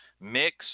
mix